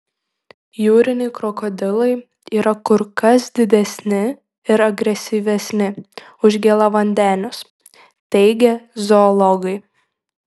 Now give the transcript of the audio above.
jūriniai krokodilai yra kur kas didesni ir agresyvesni už gėlavandenius teigia zoologai